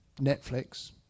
Netflix